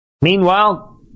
Meanwhile